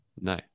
No